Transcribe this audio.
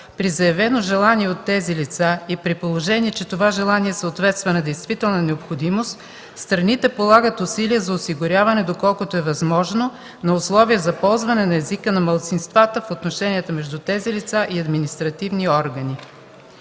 при заявено желание от тези лица и при положение, че това желание съответства на действителна необходимост, страните полагат усилия за осигуряване, доколкото е възможно, на условия за ползване на езика на малцинствата в отношенията между тези лица и административни органи”.